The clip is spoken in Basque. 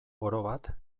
orobat